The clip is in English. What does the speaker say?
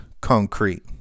concrete